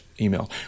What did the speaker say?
email